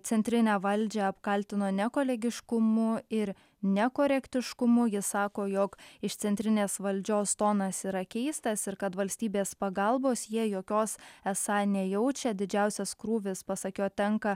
centrinę valdžią apkaltino nekolegiškumu ir nekorektiškumu jis sako jog iš centrinės valdžios tonas yra keistas ir kad valstybės pagalbos jie jokios esą nejaučia didžiausias krūvis pasak jo tenka